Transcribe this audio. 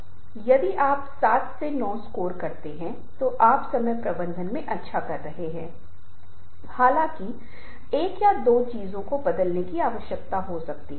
इसलिए जब हम इन मुद्दों के बारे में बात कर रहे हैं तो यह महसूस करना बहुत महत्वपूर्ण है कि इसके लिए निश्चित मात्रा में तैयारी की आवश्यकता है